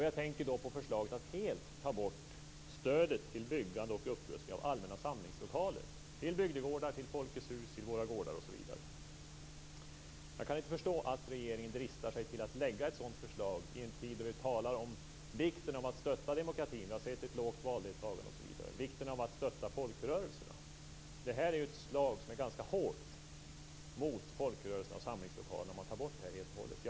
Jag tänker då på förslaget att helt ta bort stödet till byggande och upprustning av allmänna samlingslokaler; Jag kan inte förstå att regeringen dristar sig till att lägga fram ett sådant förslag i en tid då vi talar om vikten av att stödja demokratin - vi har sett ett lågt valdeltagande osv. - och om vikten av att stödja folkrörelserna. Det är ju ett ganska hårt slag mot folkrörelserna och samlingslokalerna om man tar bort det här helt och hållet.